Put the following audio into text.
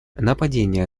нападения